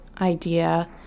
idea